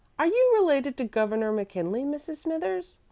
are you related to governor mckinley, mrs. smithers?